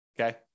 okay